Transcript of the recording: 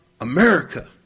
America